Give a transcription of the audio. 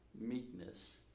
meekness